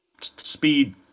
speed –